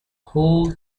whole